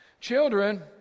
Children